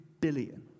billion